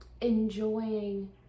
Enjoying